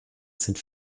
sind